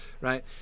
right